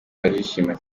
barishima